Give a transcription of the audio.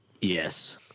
Yes